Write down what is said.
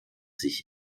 sich